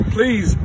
Please